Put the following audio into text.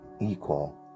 equal